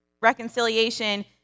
reconciliation